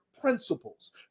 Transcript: principles